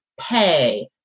pay